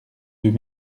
deux